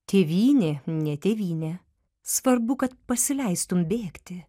tėvynė ne tėvynė svarbu kad pasileistum bėgti